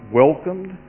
welcomed